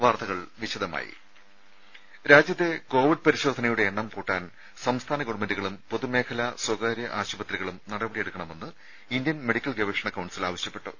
വാർത്തകൾ വിശദമായി രാജ്യത്തെ കോവിഡ് പരിശോധനയുടെ എണ്ണം കൂട്ടാൻ സംസ്ഥാന ഗവൺമെന്റുകളും പൊതുമേഖലാ സ്വകാര്യ ആശുപത്രികളും നടപടിയെടുക്കണമെന്ന് ഇന്ത്യൻ മെഡിക്കൽ ആവശ്യപ്പെട്ടു